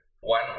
One